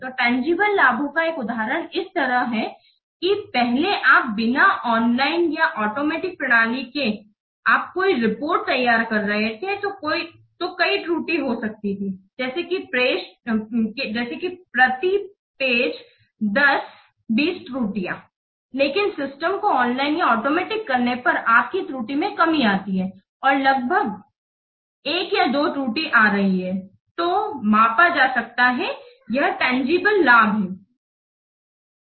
तो तंजीबले लाभों का एक उदाहरण इस तरह है कि पहले आप बिना ऑनलाइन या आटोमेटिक प्रणाली के आप कोई रिपोर्ट तैयार कर रहे थे तो कई त्रुटियां हो सकती हैं जैसे कि प्रति पृष्ठ 10 २० त्रुटियां लेकिन सिस्टम को ऑनलाइन या आटोमेटिक करने पर आपकी त्रुटियां में कमी आती है और अब लगभग एक या दो त्रुटियां आ रही हैं तो यह मापा जा सकता है यह एक तंजीबले लाभ है